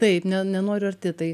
taip ne nenoriu arti tai